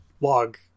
log